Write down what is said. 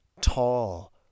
tall